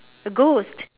a ghost